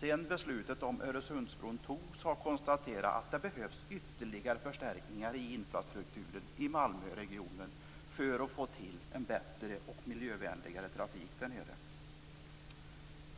Sedan beslutet om Öresundsbron fattades har vi konstaterat att det behövs ytterligare förstärkningar i infrastrukturen i Malmöregionen för att få en bättre och miljövänligare trafik där nere.